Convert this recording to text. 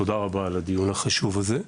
תודה רבה על הדיון החשוב הזה,